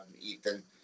Ethan